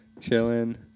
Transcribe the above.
chilling